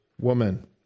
woman